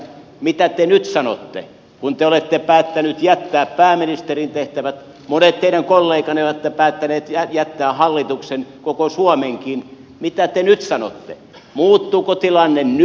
mitä te nyt sanotte kun te olette päättänyt jättää pääministerin tehtävät monet teidän kolleganne ovat päättäneet jättää hallituksen koko suomenkin mitä te nyt sanotte muuttuuko tilanne nyt